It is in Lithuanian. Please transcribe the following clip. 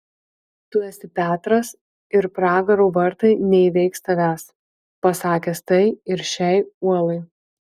tu esi petras ir pragaro vartai neįveiks tavęs pasakęs tai ir šiai uolai